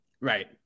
Right